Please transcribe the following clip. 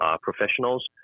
professionals